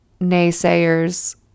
naysayers